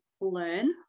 learn